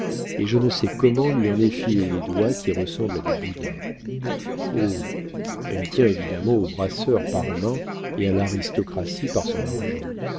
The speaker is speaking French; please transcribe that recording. et je ne sais comment lui en effiler les doigts qui ressemblent à des boudins oh elle tient évidemment au brasseur par ses mains et à l'aristocratie par son argent